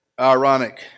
Ironic